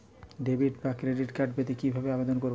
Debit বা credit card পেতে কি ভাবে আবেদন করব?